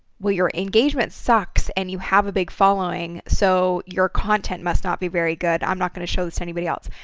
well your engagement sucks and you have a big following, so your content must not be very good. i'm not going to show this to anybody else.